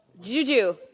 Juju